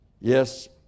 Yes